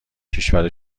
کشور